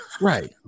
right